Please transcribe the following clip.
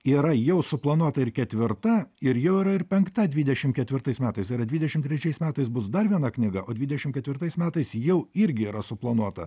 yra jau suplanuota ir ketvirta ir jau yra ir penkta dvidešimt ketvirtais metais yra dvidešimt trečiais metais bus dar viena knyga o dvidešimt ketvirtais metais jau irgi yra suplanuota